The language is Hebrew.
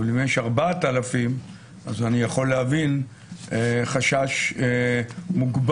אבל אם יש 4,000 אז אני יכול להבין חשש מוגבר.